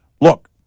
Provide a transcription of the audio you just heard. Look